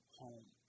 home